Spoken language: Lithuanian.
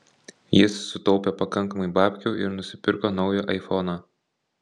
jis sutaupė pakankamai babkių ir nusipirko naują aifoną